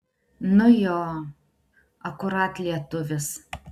nu jo akurat lietuvis